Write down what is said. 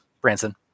Branson